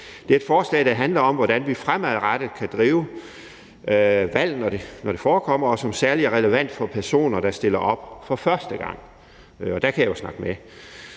Det er et forslag, der handler om, hvordan vi fremadrettet kan drive valg, når de forekommer, og som særlig er relevant for personer, der stiller op for første gang. Og der kan jeg jo snakke med,